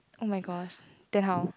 oh my gosh then how